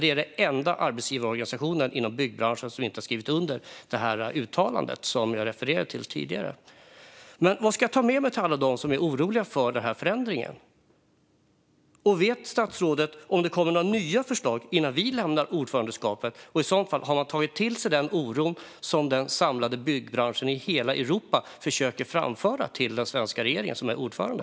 Det är den enda arbetsgivarorganisation inom byggbranschen som inte har gjort det. Men vad ska jag ta med mig till alla dem som är oroliga för den här förändringen? Vet statsrådet om det kommer några nya förslag innan vi lämnar över ordförandeskapet? Har man i så fall tagit till sig den oro som den samlade byggbranschen i hela Europa försöker framföra till den svenska regeringen, som är ordförande?